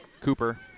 Cooper